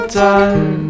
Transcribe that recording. done